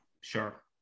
Sure